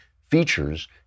features